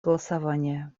голосования